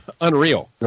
unreal